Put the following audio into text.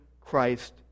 Christ